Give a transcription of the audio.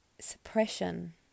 suppression